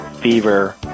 fever